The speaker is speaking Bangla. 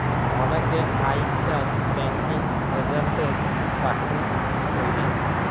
অলেকে আইজকাল ব্যাঙ্কিং এজেল্টের চাকরি ক্যরে